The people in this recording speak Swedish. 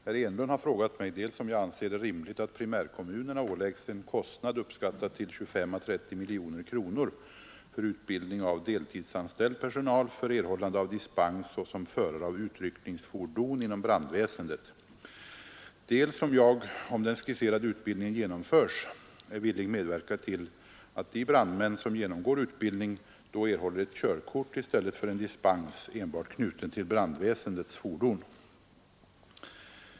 Herr talman! Herr Enlund har frågat mig dels om jag anser det rimligt att primärkommunerna åläggs en kostnad uppskattad till 25—30 miljoner kronor för utbildning av deltidsanställd personal för erhållande av dispens såsom förare av utryckningsfordon inom brandväsendet, dels om jag, om den skisserade utbildningen genomförs, är villig medverka till att de brandmän som genomgår utbildning då erhåller ett körkort i stället för en dispens enbart knuten till brandväsendets fordon.